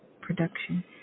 production